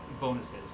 bonuses